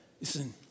Listen